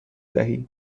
دهی